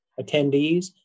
attendees